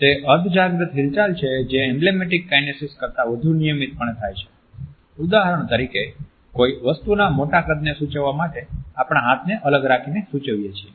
તે અર્ધજાગ્રત હિલચાલ છે જે એમ્બલેમેટિક કાઈનેસિક્સ કરતા વધુ નિયમિતપણે થાય છે ઉદાહરણ તરીકે કોઈ વસ્તુના મોટા કદને સૂચવવા માટે આપણા હાથને અલગ રાખીને સુચવીએ છીએ